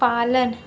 पालन